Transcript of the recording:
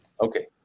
Okay